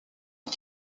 ont